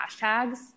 hashtags